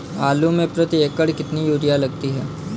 आलू में प्रति एकण कितनी यूरिया लगती है?